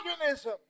organism